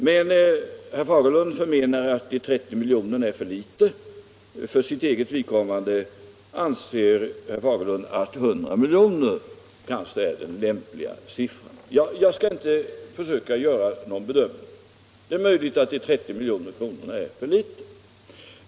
Men herr Fagerlund anser att 30 miljoner är för litet och att 100 miljoner kanske är en lämpligare siffra. Jag skall inte försöka göra någon bedömning. Det är möjligt att 30 miljoner är för litet.